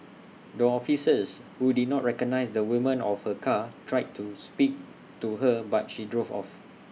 the officers who did not recognise the woman of her car tried to speak to her but she drove off